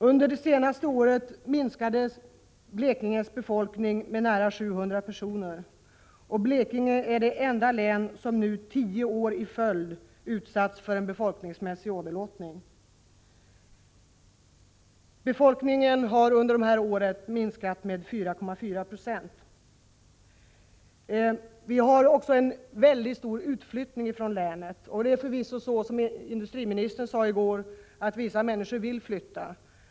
Under det senaste året minskade Blekinges befolkning med nära 700 personer. Blekinge är det enda län som nu tio år i följd utsatts för en befolkningsmässig åderlåtning. Befolkningen har under dessa år minskat med 4,4 4. Vi har alltså en mycket stor utflyttning från länet. Det är förvisso så, som industriministern sade i går, att vissa människor vill flytta.